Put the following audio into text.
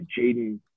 Jaden